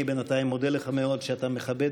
אני בינתיים מודה לך מאוד על שאתה מכבד